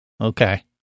Okay